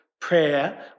prayer